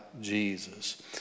Jesus